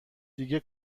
دیگه